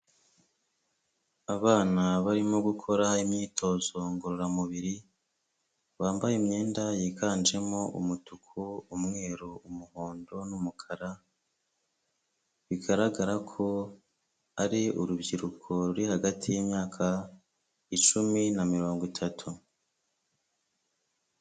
Abana barimo gukora imyitozo ngororamubiri, bambaye imyenda yiganjemo umutuku, umweru, umuhondo n'umukara bigaragara ko ari urubyiruko ruri hagati y'imyaka icumi na mirongo itatu.